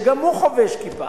שגם הוא חובש כיפה,